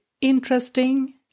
interesting